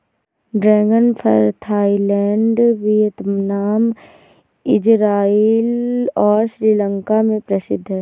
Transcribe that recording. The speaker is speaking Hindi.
ड्रैगन फल थाईलैंड, वियतनाम, इज़राइल और श्रीलंका में प्रसिद्ध है